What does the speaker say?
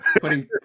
putting